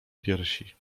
piersi